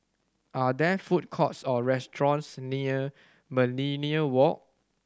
are there food courts or restaurants near Millenia Walk